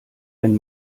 wenn